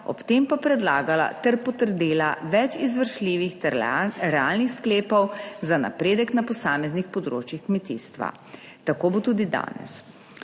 ob tem pa predlagala ter potrdila več izvršljivih ter realnih sklepov za napredek na posameznih področjih kmetijstva. Tako bo tudi danes.